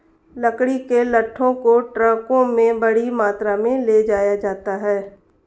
लकड़ी के लट्ठों को ट्रकों में बड़ी मात्रा में ले जाया जाता है